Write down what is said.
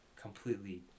completely